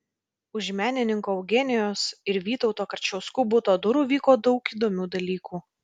už menininkų eugenijos ir vytauto karčiauskų buto durų vyko daug įdomių dalykų